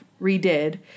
redid